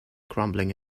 crumbling